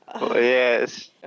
yes